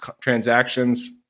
transactions